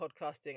podcasting